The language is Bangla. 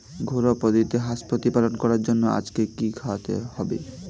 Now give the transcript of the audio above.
ঘরোয়া পদ্ধতিতে হাঁস প্রতিপালন করার জন্য আজকে কি খাওয়াতে হবে?